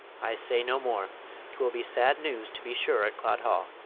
i say no more twill be sad news, to be sure, at clod-hall!